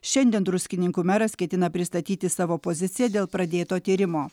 šiandien druskininkų meras ketina pristatyti savo poziciją dėl pradėto tyrimo